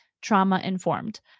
trauma-informed